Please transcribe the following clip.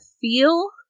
feel